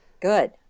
Good